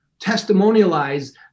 testimonialize